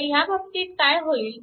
तर ह्या बाबतीत काय होईल